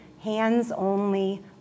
hands-only